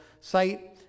site